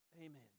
Amen